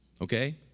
Okay